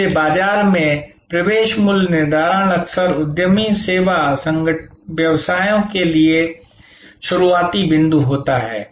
इसलिए बाजार में प्रवेश मूल्य निर्धारण अक्सर उद्यमी सेवा व्यवसायों के लिए शुरुआती बिंदु होता है